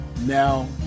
Now